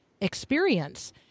experience